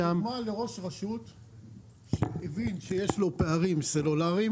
זאת דוגמה לראש רשות שהבין שיש לו פערים סלולריים